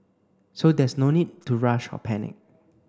so there's no need to rush or panic